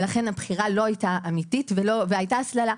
לכן היא היתה לא אמיתית והיתה הסללה.